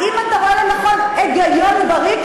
האם אתה רואה היגיון בריא,